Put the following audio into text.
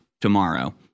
tomorrow